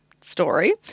story